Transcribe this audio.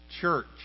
church